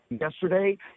yesterday